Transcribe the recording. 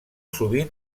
sovint